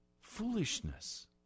foolishness